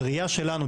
בראייה שלנו,